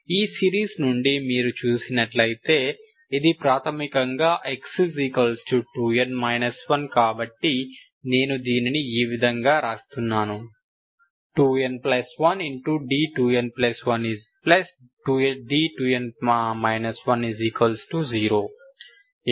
ఈ సిరీస్ నుండి మీరు చూసినట్లయితే ఇది ప్రాథమికంగా x2n 1 కాబట్టి నేను దీనిని ఈ విధంగా రాస్తున్నాను 2n1 d2n1d2n 10